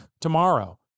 tomorrow